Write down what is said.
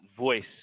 voice